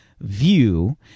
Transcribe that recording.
View